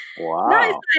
Wow